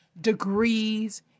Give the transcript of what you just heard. degrees